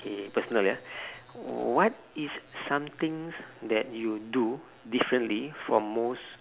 K personal ya what is something that you do differently from most